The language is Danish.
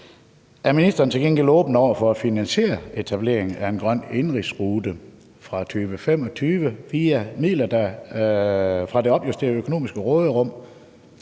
Er ministeren til gengæld åben over for at finansiere etableringen af en grøn indenrigsrute fra 2025 via midler fra det opjusterede økonomiske råderum